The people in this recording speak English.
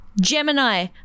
Gemini